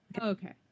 Okay